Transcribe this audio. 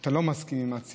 שאתה לא הסכמת עם המציעים,